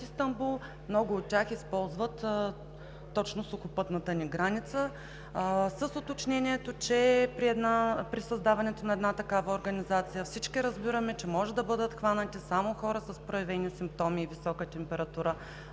Много от тях използват точно сухопътната ни граница. При създаването на една такава организация всички разбираме, че може да бъдат хванати само хора с проявени симптоми и висока температура,